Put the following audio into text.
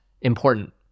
important